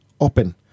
open